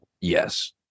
yes